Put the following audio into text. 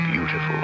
Beautiful